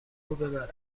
ببره